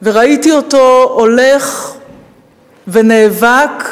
וראיתי אותו הולך ונאבק,